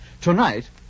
Tonight